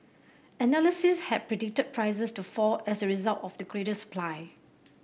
analysts had predicted prices to fall as a result of the greater supply